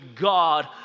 God